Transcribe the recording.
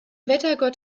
wettergott